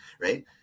right